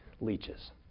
leeches